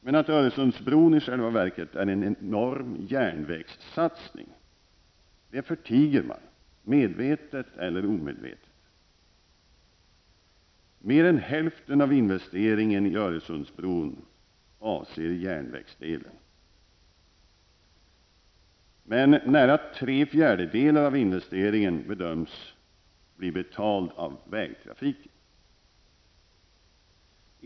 Men att Öresundsbron i själva verket är en enorm järnvägssatsning förtiger man, medvetet eller omedvetet. Mer än hälften av investeringen i Öresundsbron avser järnvägsdelen, men nära tre fjärdedelar av investeringen bedöms bli betald av vägtrafiken.